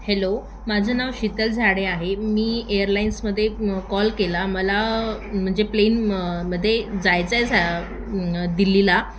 hello माझं नाव शीतल झाडे आहे मी एअरलाईन्समध्ये कॉल केला मला म्हणजे प्लेन मध्ये जायचंय झा दिल्लीला